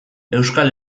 euskal